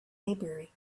maybury